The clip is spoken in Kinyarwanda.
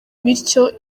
bityo